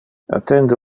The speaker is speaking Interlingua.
attende